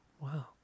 Wow